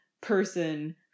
person